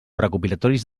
recopilatoris